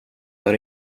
har